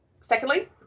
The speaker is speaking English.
secondly